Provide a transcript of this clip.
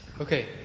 okay